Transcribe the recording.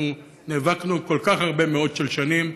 אנחנו נאבקנו כל כך הרבה מאות של שנים.